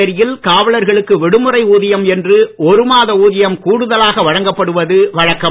புதுச்சேரியில் காவலர்களுக்கு விடுமுறை ஊதியம் என்று ஒரு மாத ஊதியம் கூடுதலாக வழங்கப்படுவது வழக்கம்